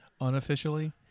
unofficially